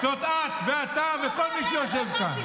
היא את ואתה וכל מי שיושב כאן.